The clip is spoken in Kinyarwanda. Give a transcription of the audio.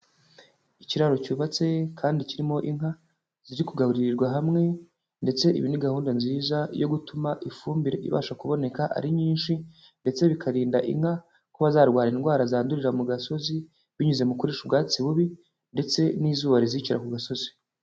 Ikiraro cyubatse kandi kirimo inka ziri kugabururirwa hamwe ndetse ibi ni gahunda nziza yo gutuma ifumbire ibasha kuboneka ari nyinshi ndetse bikarinda inka kuba zarwara indwara zandurira mu gasozi, binyuze mu kurisha ubwatsi bubi ndetse n'izuba rizicira ku gasozi.